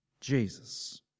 Jesus